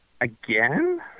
again